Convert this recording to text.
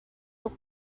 tuk